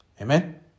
Amen